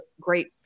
great